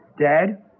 Dad